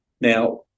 Now